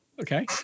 Okay